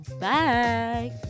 Bye